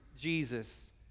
Jesus